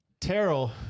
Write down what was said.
Terrell